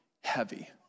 heavy